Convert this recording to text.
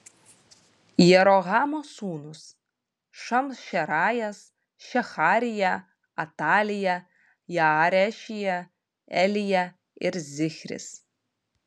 jerohamo sūnūs šamšerajas šeharija atalija jaarešija elija ir zichris